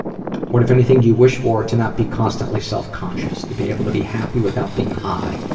what, if anything do you wish for? to not be constantly self-conscious. to be able to be happy without being high.